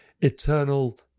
eternal